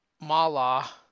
Mala